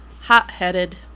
hot-headed